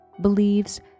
believes